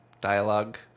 dialogue